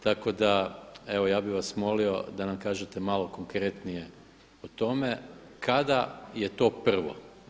Tako da evo ja bih vas molio da nam kažete malo konkretnije o tome kada je to prvo.